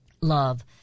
Love